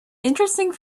interesting